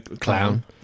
clown